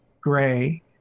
Gray